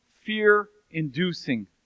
fear-inducing